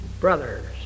brothers